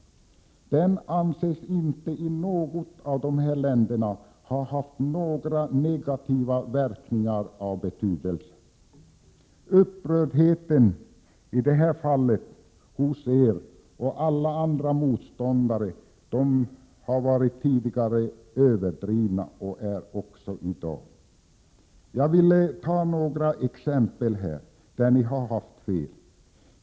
Den anses inte i något av dessa länder ha haft några negativa verkningar av betydelse. Upprördheten har i det här fallet hos er och alla andra motståndare varit överdriven och är så även i dag. Jag vill ta några exempel där ni har haft fel.